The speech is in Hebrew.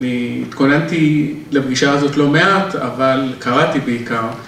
‫התכוננתי לפגישה הזאת לא מעט, ‫אבל קראתי בעיקר.